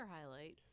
highlights